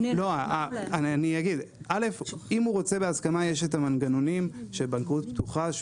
אם הוא רוצה בהסכמה יש את המנגנונים של בנקאות פתוחה שהוא